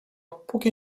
póki